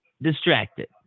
Distracted